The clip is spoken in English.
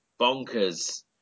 bonkers